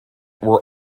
were